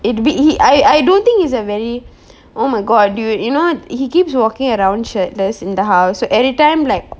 it be I I don't think is a very oh my god dude you know he keeps walking around shirtless in the house so every time like